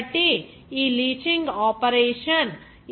కాబట్టి ఈ leaching operation